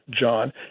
John